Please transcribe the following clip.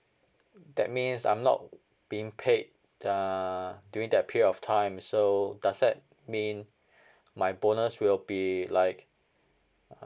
um that means I'm not uh uh being paid err during that period of time so does that mean my bonus will be like